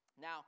Now